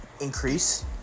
increase